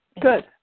Good